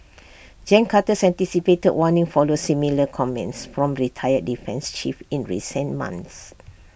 gen Carter's anticipated warning follows similar comments from retired defence chiefs in recent months